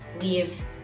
leave